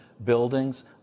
buildings